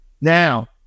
Now